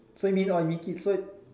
so you mean orh you make it so